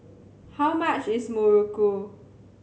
how much is Muruku